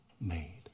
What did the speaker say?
made